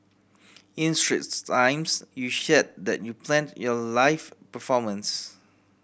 in Straits Times you shared that you planned your live performance